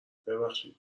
ببخشید